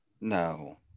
No